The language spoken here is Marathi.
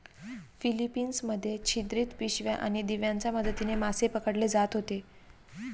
फिलीपिन्स मध्ये छिद्रित पिशव्या आणि दिव्यांच्या मदतीने मासे पकडले जात होते